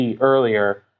earlier